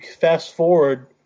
fast-forward